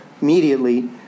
immediately